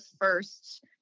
first